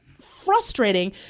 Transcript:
frustrating